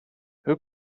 who